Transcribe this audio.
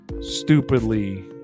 stupidly